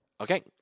Okay